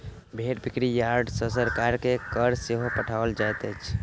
भेंड़ बिक्री यार्ड सॅ सरकार के कर सेहो पठाओल जाइत छै